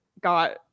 got